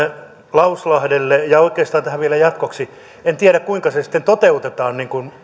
lauslahdelle ja oikeastaan tähän vielä jatkoksi en tiedä kuinka se sitten toteutetaan